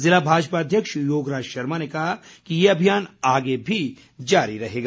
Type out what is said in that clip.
ज़िला भाजपा अध्यक्ष योगराज शर्मा ने कहा कि ये अभियान आगे भी जारी रहेगा